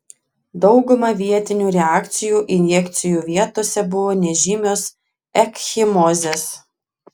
dauguma vietinių reakcijų injekcijų vietose buvo nežymios ekchimozės